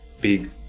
big